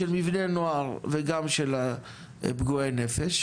-- גם של מבני נוער וגם של פגועי הנפש.